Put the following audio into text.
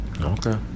Okay